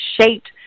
shaped